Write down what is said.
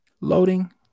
Loading